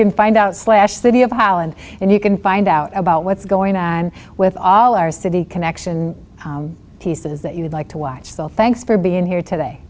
can find out slash video of holland and you can find out about what's going on with all our city connection pieces that you'd like to watch so thanks for being here today